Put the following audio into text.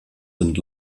sind